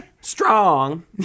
strong